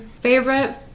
favorite